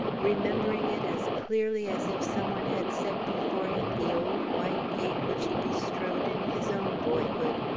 remembering it as clearly as if some one had set before him the old white gate which he bestrode in his own boyhood.